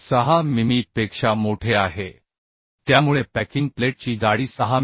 6 मिमी पेक्षा मोठे आहे त्यामुळे पॅकिंग प्लेटची जाडी 6 मि